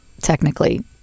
technically